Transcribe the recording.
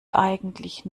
eigentlich